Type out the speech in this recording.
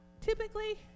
typically